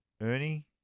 Ernie